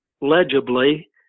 legibly